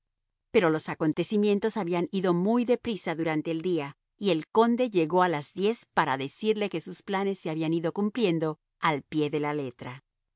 pero los acontecimientos habían ido muy de prisa durante el día y el conde llegó a las diez para decirle que sus planes se habían ido cumpliendo al pie de la letra